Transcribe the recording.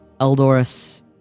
Eldorus